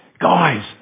Guys